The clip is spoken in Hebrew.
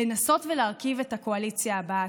לנסות ולהרכיב את הקואליציה הבאה.